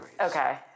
Okay